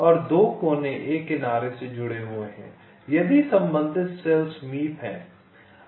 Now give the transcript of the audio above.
और 2 कोने एक किनारे से जुड़े हुए हैं यदि संबंधित सेल समीप हैं